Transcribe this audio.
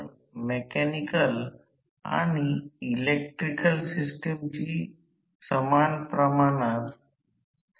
तर आता जर ट्रान्सफॉर्मर सारखा कोर तोटा झाला असता तर या शाखेत मूळ भाग समान आहे परंतु ही शाखा आली आहे